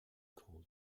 call